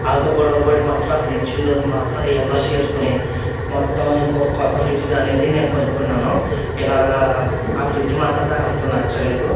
ఆళ్ళతో గొడవపడి మాత్రం ఆ ఫ్రిడ్జు మాత్రం రీయంబర్స్ చేసుకుని మొత్తం ఇంకొ కొత్త ఫ్రిడ్జ్ది అనేది నేను కొనుక్కున్నాను ఇలాగా ఆ ఫ్రిడ్జ్ మాత్రం నాకు అసలు నచ్చలేదు